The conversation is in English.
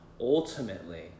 ultimately